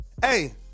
Hey